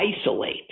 isolate